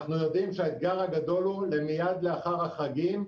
אנחנו יודעים שהאתגר הגדול הוא מיד לאחר החגים,